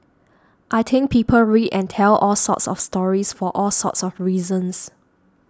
I think people read and tell all sorts of stories for all sorts of reasons